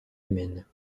humaines